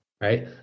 right